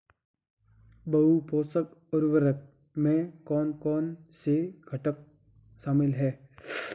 बहु पोषक उर्वरक में कौन कौन से घटक शामिल हैं?